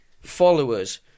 followers